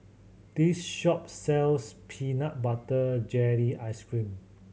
this shop sells peanut butter jelly ice cream